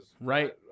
Right